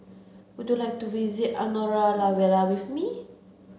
would you like to visit Andorra La Vella with me